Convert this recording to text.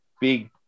big